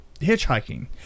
hitchhiking